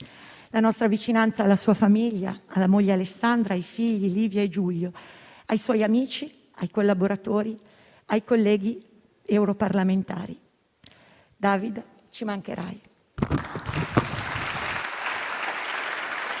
La nostra vicinanza alla sua famiglia, alla moglie Alessandra e ai figli, Livia e Giulio, ai suoi amici, ai collaboratori, ai colleghi europarlamentari. David, ci mancherai.